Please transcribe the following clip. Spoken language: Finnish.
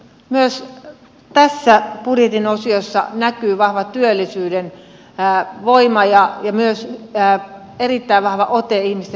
myös tässä budjetin osiossa näkyy vahva työllisyyden voima ja myös erittäin vahva ote ihmisten hyvinvointiin